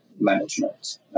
Management